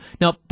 Now